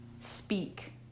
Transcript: speak